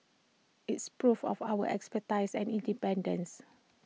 it's proof of our expertise and independence